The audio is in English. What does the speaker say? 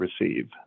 receive